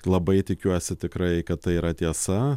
labai tikiuosi tikrai kad tai yra tiesa